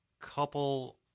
couple